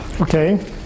Okay